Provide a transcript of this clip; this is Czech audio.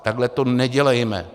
Takhle to nedělejme.